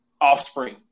offspring